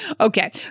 Okay